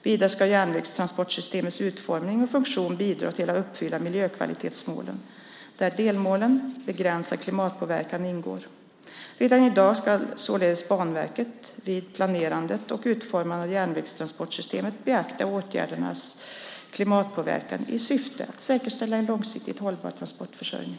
Vidare ska järnvägstransportsystemets utformning och funktion bidra till att uppfylla miljökvalitetsmålen, där delmålet Begränsad klimatpåverkan ingår. Redan i dag ska således Banverket vid planerandet och utformandet av järnvägstransportsystemet beakta åtgärdernas klimatpåverkan i syfte att säkerställa en långsiktigt hållbar transportförsörjning.